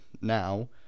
now